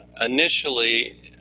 initially